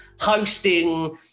hosting